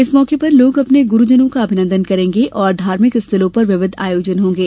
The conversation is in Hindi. इस मौके पर लोग अपने गुरू जनों का अभिनंदन करेंगे और धार्मिक स्थलों पर विविध आयोजन होंगे